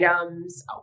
items